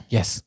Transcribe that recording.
Yes